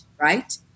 Right